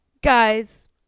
guys